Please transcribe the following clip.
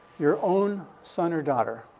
your own son or daughter,